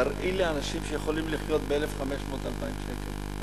תראי לי אנשים שיכולים לחיות מ-1,500 2,000 שקל.